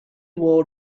wall